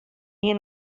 hie